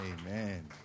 Amen